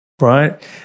right